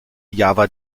java